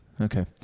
Okay